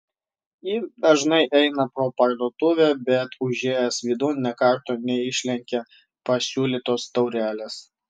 jis dažnai eina pro parduotuvę bet užėjęs vidun nė karto neišlenkė pasiūlytos taurelės